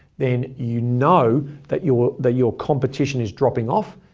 then you know that your that your competition is dropping off.